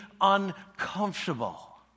uncomfortable